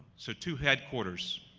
so two headquarters,